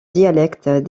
dialectes